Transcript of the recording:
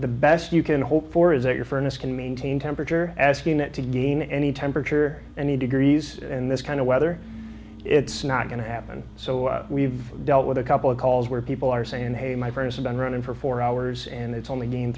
the best you can hope for is that your furnace can maintain temperature asking it to gain any temperature any degrees in this kind of weather it's not going to happen so we've dealt with a couple of calls where people are saying hey my friends have been running for four hours and it's only